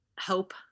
Hope